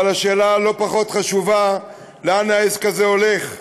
אבל השאלה הלא-פחות חשובה: לאן העסק הזה הולך?